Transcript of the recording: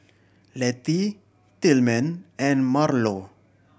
Letty Tillman and Marlo